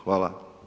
Hvala.